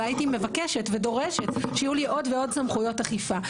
אלא הייתי מבקשת ודורשת שיהיו לי עוד ועוד סמכויות אכיפה.